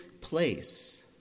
place